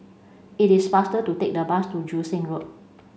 it is faster to take the bus to Joo Seng Road